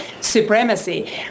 supremacy